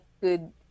good